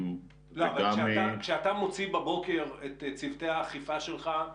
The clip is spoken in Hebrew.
אבל כשאתה מוציא בבוקר את צוותי האכיפה שלך,